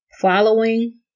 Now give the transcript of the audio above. following